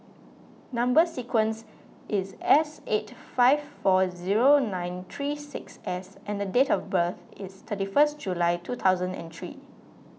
Number Sequence is S eight five four zero nine three six S and date of birth is thirty first July two thousand and three